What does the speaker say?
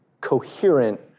coherent